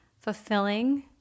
fulfilling